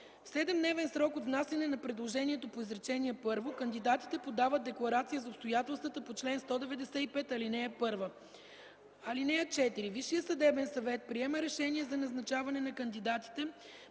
В 7-дневен срок от внасяне на предложението по изречение първо кандидатите подават декларация за обстоятелствата по чл. 195, ал. 1. (4) Висшият съдебен съвет приема решение за назначаване на кандидатите